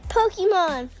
Pokemon